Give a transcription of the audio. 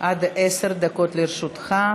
עד עשר דקות לרשותך.